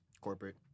corporate